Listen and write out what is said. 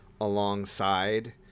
alongside